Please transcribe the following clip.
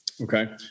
Okay